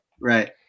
Right